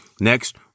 Next